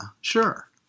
sure